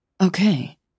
Okay